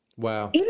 Wow